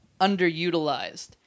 underutilized